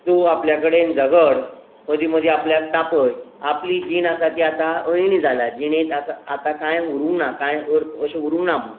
तूं आपल्या कडेन झगड मदीं मदीं आपल्याक तापय आपली जीण आसा ती आतां अळणी जाला जिणेंत आसा आतां कांय उरूंक ना कांय अर्थ अशे उरूंक ना म्हूण